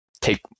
take